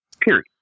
Period